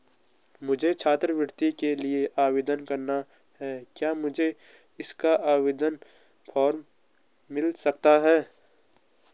मुझे छात्रवृत्ति के लिए आवेदन करना है क्या मुझे इसका आवेदन फॉर्म मिल सकता है?